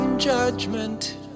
judgment